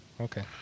Okay